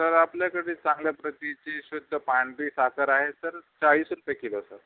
sir आपल्याकडे चांगल्या प्रतिची शुद्ध पांढरी साखर आहे सर चाळीस रुपये किलो सर